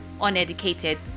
uneducated